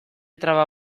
traba